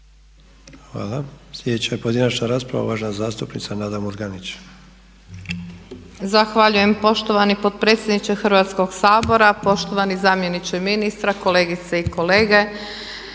Hvala. Sljedeća pojedinačna rasprava, uvažena zastupnica Nada Murganić. **Murganić, Nada (HDZ)** Zahvaljujem poštovani potpredsjedniče Hrvatskoga sabora, poštovani zamjeniče ministra, kolegice i kolege.